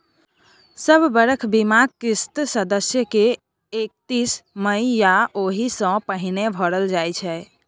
सब बरख बीमाक किस्त सदस्य के एकतीस मइ या ओहि सँ पहिने भरल जाइ छै